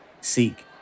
seek